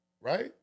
right